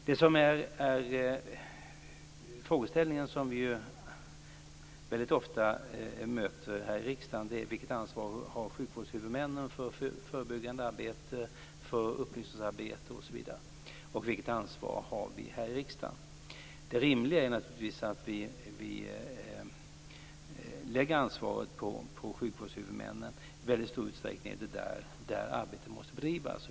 Den frågeställning som vi ofta möter här i riksdagen är vilket ansvar sjukvårdshuvudmännen har för förebyggande arbete, upplysningsarbete osv. och vilket ansvar vi har här i riksdagen. Det rimliga är naturligtvis att vi lägger ansvaret på sjukvårdshuvudmännen. I väldigt stor utsträckning är det där som arbetet måste bedrivas.